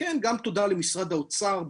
גם תודה למשרד האוצר,